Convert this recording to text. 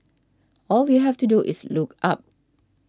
all you have to do is look up